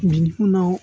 बिनि उनाव